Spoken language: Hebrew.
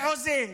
מחוזי,